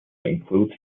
includes